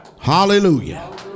Hallelujah